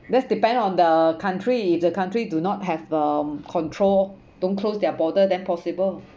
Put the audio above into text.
that's depend on the country if the country do not have um control don't close their borders then possible